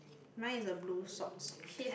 mine is the blue socks